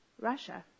russia